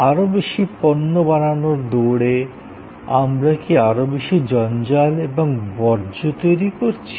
আরও বেশি পণ্য বানানোর দৌড়ে আমরা কি আরও বেশি জঞ্জাল এবং বর্জ্য তৈরি করছি